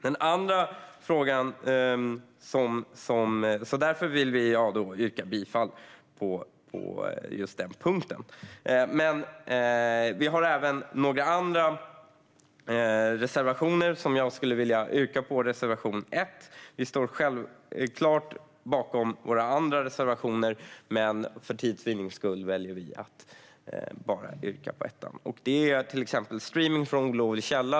Därför vill jag yrka bifall till utskottets förslag på den punkten. Vi har även några reservationer. Jag vill yrka bifall till reservation 1. Vi står självklart bakom våra andra reservationer, men för tids vinnande väljer vi att yrka bifall bara till reservation 1. Det gäller till exempel streamning från olovlig källa.